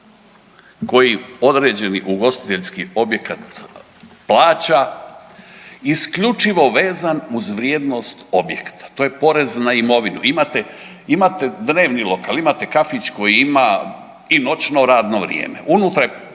koji određeni ugostiteljski objekat plaća isključivo vezan uz vrijednost objekta, to je porez na imovinu. Imate, imate dnevni lokal, imate kafić koji ima i noćno radno vrijeme, unutra je